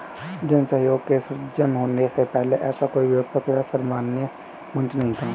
जन सहयोग के सृजन होने के पहले ऐसा कोई व्यापक व सर्वमान्य मंच नहीं था